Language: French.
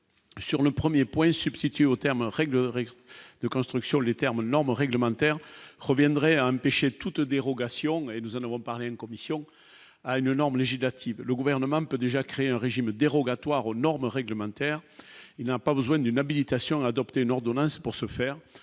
sur le 1er point substituer au terme réglerait de construction, les termes normes réglementaires reviendrait à empêcher toute dérogation et nous en avons parlé une commission à une norme législative, le gouvernement peut déjà créé un régime dérogatoire aux normes réglementaires, il n'a pas besoin d'une habilitation adopté une ordonnance pour se faire,